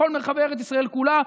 בכל מרחבי ארץ ישראל כולה,